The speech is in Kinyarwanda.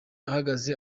ahagaze